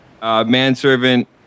Manservant